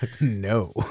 No